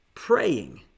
praying